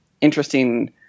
interesting